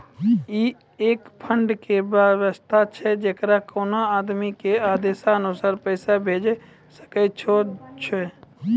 ई एक फंड के वयवस्था छै जैकरा कोनो आदमी के आदेशानुसार पैसा भेजै सकै छौ छै?